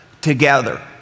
together